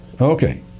Okay